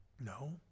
no